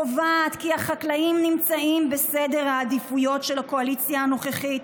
קובעות כי החקלאים נמצאים בסדר העדיפויות של הקואליציה הנוכחית.